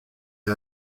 est